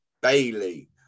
Bailey